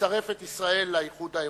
לצרף את ישראל לאיחוד האירופי.